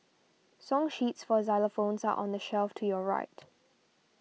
song sheets for xylophones are on the shelf to your right